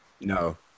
No